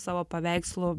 savo paveikslų